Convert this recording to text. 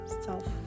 self